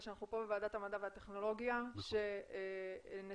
שאנחנו כאן בוועדת המדע והטכנולוגיה.